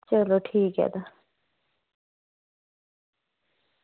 चलो ठीक ऐ तां